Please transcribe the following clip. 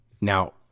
Now